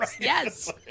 Yes